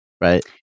right